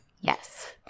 Yes